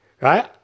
right